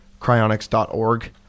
cryonics.org